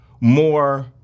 more